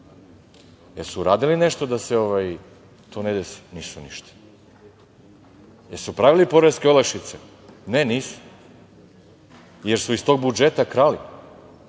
Jesu li uradili nešto da se to ne desi? Nisu ništa. Jesu li pravili poreske olakšice? Ne, nisu, jer su iz tog budžeta krali,